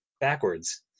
backwards